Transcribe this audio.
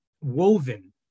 woven